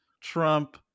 Trump